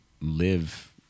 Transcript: live